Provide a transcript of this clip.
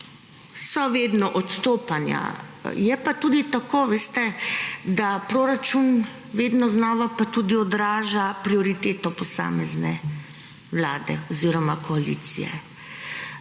so vedno odstopanja. Je pa tudi tako, veste, da proračun vedno znova pa tudi odraža prioriteto posamezne Vlade oziroma koalicije.